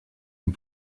and